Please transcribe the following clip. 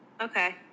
Okay